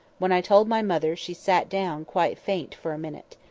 when i told my mother, she sat down, quite faint, for a minute.